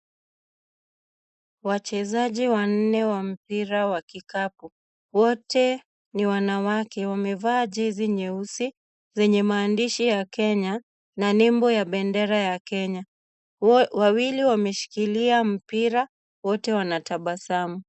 Wachezaji wanne wa mpira vikapu wote ni wanawake wamevaa jezi nyeusi zenye maandishi ya Kenya na nembo ya bendera ya Kenya, wawili wameshikilia mpira, wote wanatabasamu.